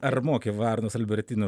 ar moki varnos albertinos